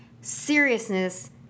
seriousness